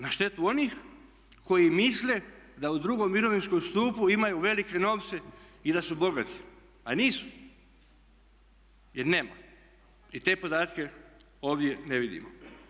Na štetu onih koji misle da u drugom mirovinskom stupu imaju velike novce i da su bogati a nisu, jer nema i te podatke ovdje ne vidimo.